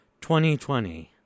2020